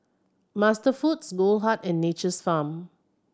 MasterFoods Goldheart and Nature's Farm